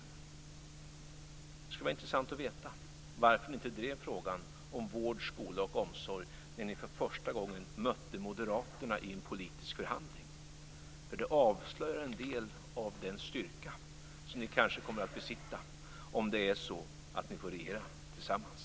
Det skulle vara intressant att veta varför ni inte drev frågan om vård, skola och omsorg när ni för första gången mötte Moderaterna i en politisk förhandling. Det avslöjar en del av den styrka som ni kanske kommer att besitta om ni får regera tillsammans.